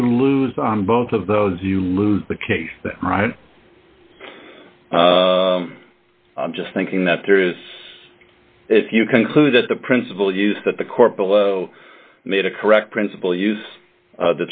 you lose on both of those you lose the case that right i'm just thinking that there is if you conclude that the principal use that the court below made a correct principle use